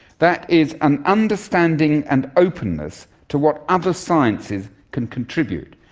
that is an understanding and openness to what other sciences can contribute.